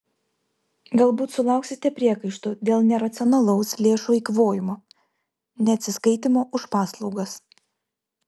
galbūt sulauksite priekaištų dėl neracionalaus lėšų eikvojimo neatsiskaitymo už paslaugas